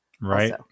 right